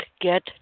Get